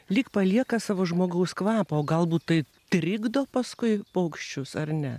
lyg palieka savo žmogaus kvapą o galbūt tai trikdo paskui paukščius ar ne